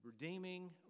redeeming